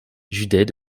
județ